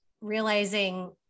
realizing